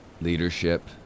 leadership